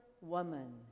woman